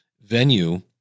venue